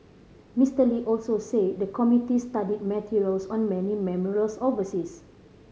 Mister Lee also say the committee studied materials on many memorials overseas